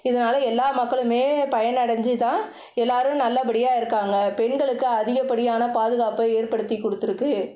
இதனால் எல்லா மக்களுமே பயனடைஞ்சு தான் எல்லாரும் நல்லபடியாக இருக்காங்கள் பெண்களுக்கு அதிகப்படியான பாதுகாப்பை ஏற்படுத்தி கொடுத்துருக்கு